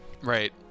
right